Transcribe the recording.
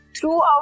throughout